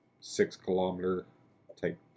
six-kilometer-type